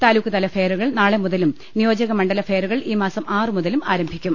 താലൂക്ക്തല ഫെയറുകൾ നാളെമുതലും നിയോജക മണ്ഡല ഫെയറുകൾ ഈ മാസം ആറുമുതലും ആരംഭിക്കും